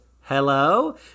hello